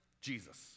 Jesus